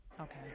Okay